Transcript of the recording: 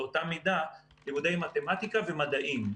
באותה מידה לימודי מתמטיקה ומדעים,